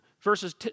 verses